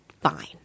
fine